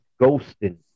ghosting